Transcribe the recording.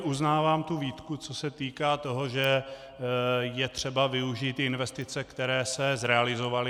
Uznávám výtku, co se týká toho, že je třeba využít investice, které se zrealizovaly.